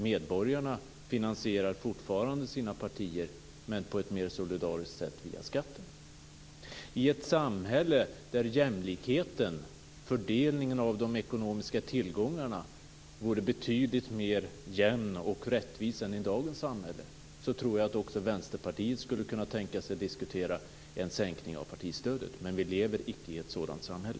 Medborgarna finansierar fortfarande sina partier men på ett mera solidariskt sätt via skatter. I ett samhälle där jämlikheten, fördelningen av de ekonomiska tillgångarna vore betydligt mer jämn och rättvis än i dagens samhälle tror jag att också Vänsterpartiet skulle kunna tänka sig att diskutera en sänkning av partistödet. Men vi lever icke i ett sådant samhälle.